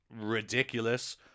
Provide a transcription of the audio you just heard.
ridiculous